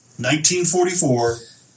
1944